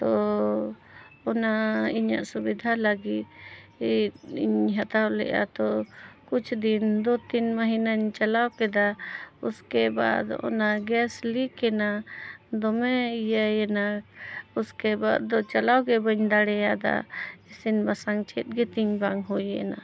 ᱛᱚ ᱚᱱᱟ ᱤᱧᱟᱹᱜ ᱥᱩᱵᱤᱫᱷᱟ ᱞᱟᱹᱜᱤᱫ ᱤᱧ ᱦᱟᱛᱟᱣ ᱞᱮᱫᱟ ᱛᱚ ᱠᱩᱪ ᱫᱤᱱ ᱫᱩ ᱛᱤᱱ ᱢᱟᱹᱦᱱᱟᱹᱧ ᱪᱟᱞᱟᱣ ᱠᱮᱫᱟ ᱩᱥᱠᱮ ᱵᱟᱫᱽ ᱚᱱᱟ ᱜᱮᱥ ᱞᱤᱠ ᱮᱱᱟ ᱫᱚᱢᱮ ᱤᱭᱟᱹᱭᱮᱱᱟ ᱩᱥᱠᱮ ᱵᱟᱫᱽ ᱫᱚ ᱪᱟᱞᱟᱣ ᱜᱮ ᱵᱟᱹᱧ ᱫᱟᱲᱮᱭᱟᱫᱟ ᱤᱥᱤᱱ ᱵᱟᱥᱟᱝ ᱪᱮᱫ ᱜᱮ ᱛᱤᱧ ᱵᱟᱝ ᱦᱩᱭ ᱮᱱᱟ